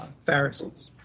Pharisees